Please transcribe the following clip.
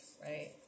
right